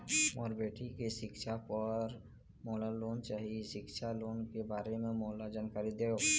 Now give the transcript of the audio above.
मोर बेटी के सिक्छा पर मोला लोन चाही सिक्छा लोन के बारे म मोला जानकारी देव?